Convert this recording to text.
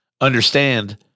understand